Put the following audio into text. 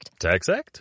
TaxAct